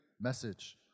message